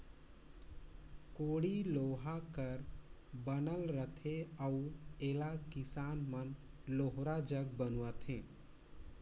कोड़ी लोहा कर बनल रहथे अउ एला किसान मन लोहार जग बनवाथे